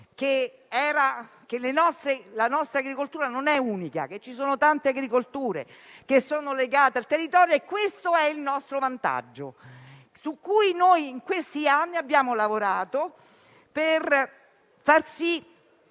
che la nostra agricoltura non è unica, ma che ci sono tante agricolture legate al territorio. Questo è il nostro vantaggio, su cui in questi anni abbiamo lavorato per far sì